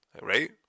right